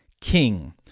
king